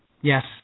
Yes